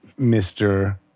Mr